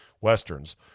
westerns